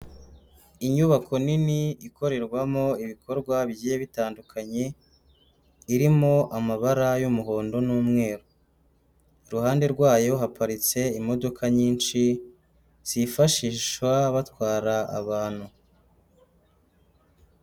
Inyubako nini ikorerwamo ibikorwa bigiye bitandukanye, irimo amabara y'umuhondo n'umweru. Iruhande rwayo haparitse imodoka nyinshi zifashishwa batwara abantu.